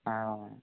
ആ ആ